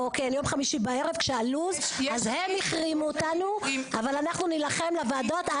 אז הם החרימו אותנו, אבל אנחנו נילחם לוועדות.